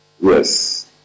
Yes